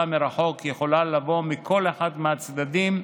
מרחוק יכולה לבוא מכל אחד מהצדדים,